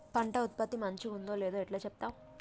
పంట ఉత్పత్తి మంచిగుందో లేదో ఎట్లా చెప్తవ్?